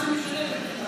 אז מה זה משנה?